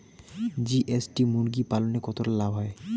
GST মুরগি পালনে কতটা লাভ হয়?